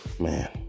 Man